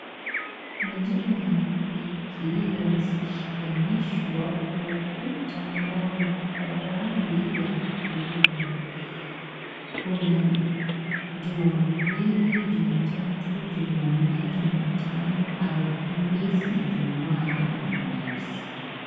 Majina ya wiki yamesimamishwa kwa ukuta ambao umepakwa rangi ya krimu . Kuna Jumapili, Jumatatu, Jumanne, Jumatano, Alhamisi ,Ijumaa na Jumamosi.